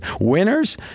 winners